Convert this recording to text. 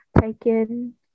taken